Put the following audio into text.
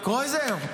קרויזר, קרויזר.